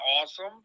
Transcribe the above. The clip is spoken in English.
awesome